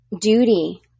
duty